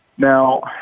Now